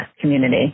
community